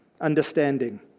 understanding